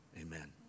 Amen